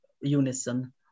UNISON